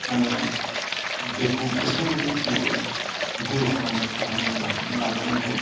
माने बेखौ गोसो मोदोम जिउयै जिउ होनानै फोथांनानै लाखिनो नाजानांगौ